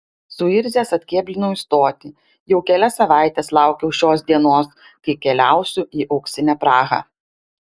suirzęs atkėblinau į stotį jau kelias savaites laukiau šios dienos kai keliausiu į auksinę prahą